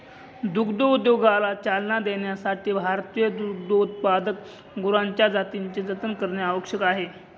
दुग्धोद्योगाला चालना देण्यासाठी भारतीय दुग्धोत्पादक गुरांच्या जातींचे जतन करणे आवश्यक आहे